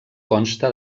consta